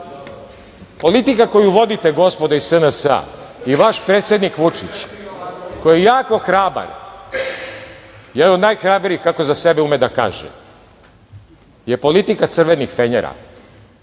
potpise. Politika koju vodite, gospodo iz SNS, i vaš predsednik Vučić, koji je jako hrabar, jedan od najhrabrijih kako za sebe ume da kaže je politika „ crvenih fenjera“,